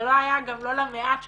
זה לא היה גם לא למעט שבמעט.